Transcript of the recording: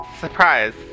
Surprise